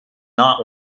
not